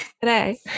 today